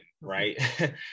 right